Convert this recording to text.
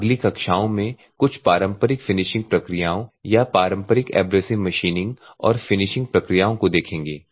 हम अगली कक्षाओं में कुछ पारंपरिक फिनिशिंग प्रक्रियाओं या पारंपरिक एब्रेसिव मशीनिंग और फिनिशिंग प्रक्रियाओं को देखेंगे